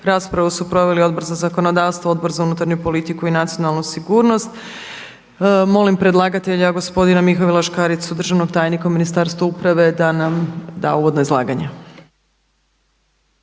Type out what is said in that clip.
Raspravu su proveli Odbor za zakonodavstvo, Odbor za unutarnju politiku i nacionalnu sigurnost. Molim predlagatelja gospodina Mihovila Škaricu, državnog tajnika u Ministarstvu uprave da nam da uvodno izlaganje.